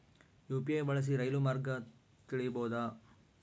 UPI ಬಳಸಿ ರೈಲು ಮಾರ್ಗ ತಿಳೇಬೋದ?